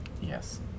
Yes